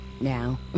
now